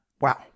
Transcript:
Wow